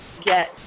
get